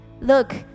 Look